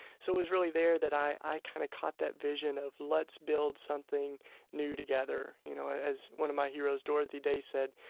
so it's really there that i kind of caught that vision of let's build something new together, you know? as one of my heroes, dorothy day, said,